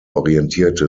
orientierte